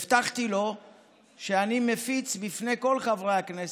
הבטחתי לו שאני מפיץ בפני כל חברי הכנסת,